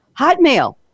Hotmail